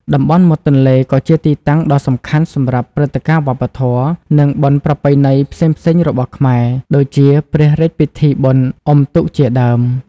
តំបន់មាត់ទន្លេក៏ជាទីតាំងដ៏សំខាន់សម្រាប់ព្រឹត្តិការណ៍វប្បធម៌ និងបុណ្យប្រពៃណីផ្សេងៗរបស់ខ្មែរ ដូចជាព្រះរាជពិធីបុណ្យអុំទូកជាដើម។